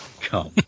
Come